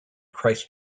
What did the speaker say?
christ